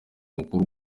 mukuru